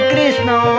Krishna